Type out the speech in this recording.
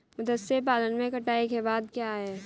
मत्स्य पालन में कटाई के बाद क्या है?